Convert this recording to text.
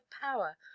power